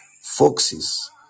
foxes